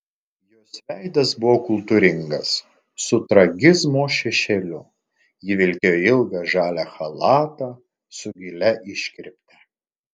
jos veidas buvo kultūringas su tragizmo šešėliu ji vilkėjo ilgą žalią chalatą su gilia iškirpte